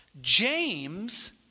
James